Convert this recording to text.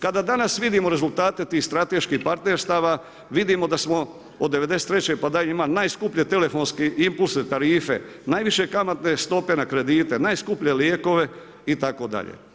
Kada vidimo danas rezultate tih strateških partnerstava, vidimo da smo od '93. pa dalje … najskuplje telefonske impulse tarife, najviše kamatne stope na kredite, najskuplje lijekove itd.